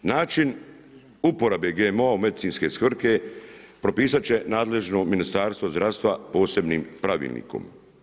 Način uporabe GMO u medicinske svrhe, propisati će nadležno Ministarstvo zdravstva posebnim pravilnikom.